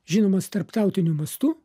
žinomas tarptautiniu mastu